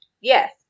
yes